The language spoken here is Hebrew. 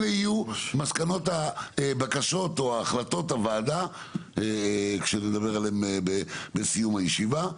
אלה יהיו הבקשות או החלטות הוועדה כשנדבר עליהם בסיום הישיבה.